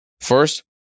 First